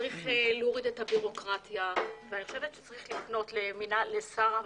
צריך להוריד את הבירוקרטיה ואני חושבת שצריך לפנות לשר הפנים,